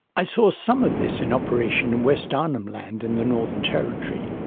i saw some of this in operation in west arnhem land in the northern territory.